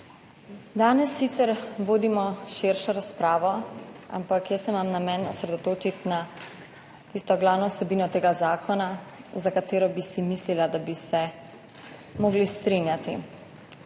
Danes sicer vodimo širšo razpravo, ampak jaz se imam namen osredotočiti na tisto glavno vsebino tega zakona, za katero bi si mislila, da bi se morali strinjati.